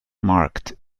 marked